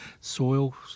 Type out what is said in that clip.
soil